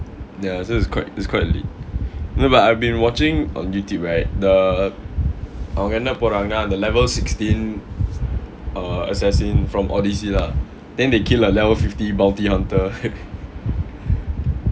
ya so it's quite it's quite lit no but I've been watching on Youtube right the அவங்க என்ன போடுறாங்கனா:avanga enna poduraanganaa the level sixteen uh assassin from odyssey lah then they kill like level fifty bounty hunter